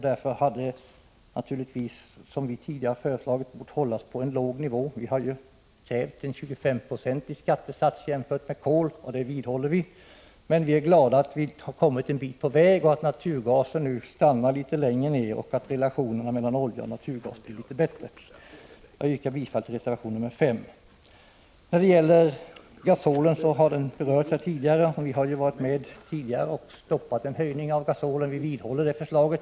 Därför hade priset, som vi tidigare föreslagit, naturligtvis bort hållas på en låg nivå. Vi har krävt en i förhållande till oljeskatten 25-procentig skattesats, och det vidhåller vi, men vi är glada att vi kommit en bit på väg. Skatten på naturgas kommer nu att stanna på en något lägre nivå, och relationerna mellan olja och naturgas blir litet bättre. Med detta yrkar jag bifall till reservation 5. Skatten på gasol har redan berörts i debatten. Vi har tidigare varit med om att stoppa en höjning av skatten på gasol. Vi vidhåller vår inställning.